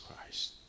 Christ